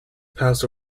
passed